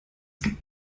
gibt